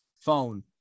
phone